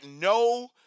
no